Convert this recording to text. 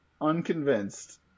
unconvinced